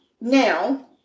now